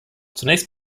zunächst